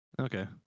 Okay